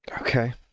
okay